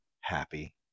happy